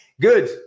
good